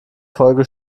folge